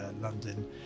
London